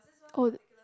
oh